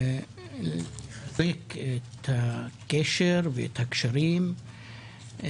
לחזק את הקשר ואת הקשרים,